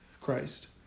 Christ